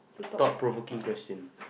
thought-provoking question